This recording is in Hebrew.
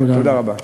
תודה רבה.